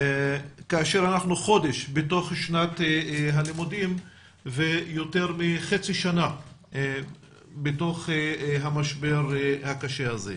כאשר אנחנו חודש בתוך שנת הלימודים ויותר מחצי שנה בתוך המשבר הקשה הזה.